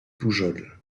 poujols